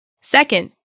Second